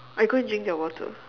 I go and drink their water